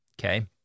Okay